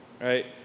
right